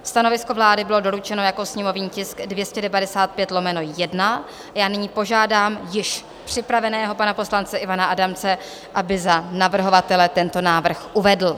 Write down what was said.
Stanovisko vlády bylo doručeno jako sněmovní tisk 295/1 a já nyní požádám již připraveného pana poslance Ivana Adamce, aby za navrhovatele tento návrh uvedl.